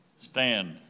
stand